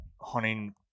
hunting